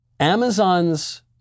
Amazon's